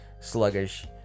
sluggish